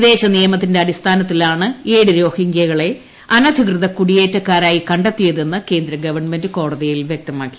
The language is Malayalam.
വിദേശ നിയമത്തിന്റെ അടിസ്ഥാനത്തിലാണ് ഏഴ് രോഹിങ്കൃകളെ അനധികൃത കുടിയേറ്റക്കാരായി കടെ ത്തിയതെന്ന് കേന്ദ്രഗവൺമെന്റ് കോടതിയിൽ ബോധിപ്പിച്ചു